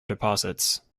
deposits